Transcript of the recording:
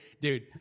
dude